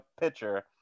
pitcher